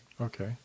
Okay